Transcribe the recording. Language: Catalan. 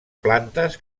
plantes